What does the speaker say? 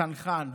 צנחן.